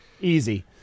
Easy